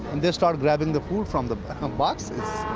they start grabbing the food from the um boxes.